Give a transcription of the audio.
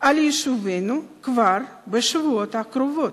יישובינו כבר בשבועות הקרובים.